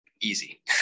easy